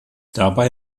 dabei